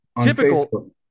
typical